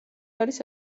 არის